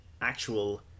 actual